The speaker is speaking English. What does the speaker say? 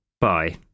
Bye